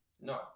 No